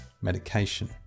medication